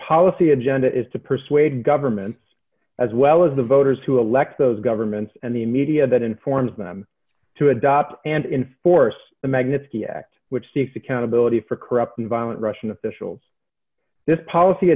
policy agenda is to persuade governments as well as the voters who elect those governments and the media that informs them to adopt and in force the magnitsky act which seeks accountability for corrupt and violent russian officials this policy